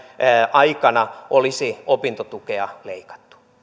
aikana olisi opintotukea leikattu